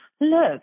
look